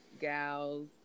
gals